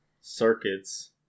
circuits